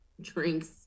drinks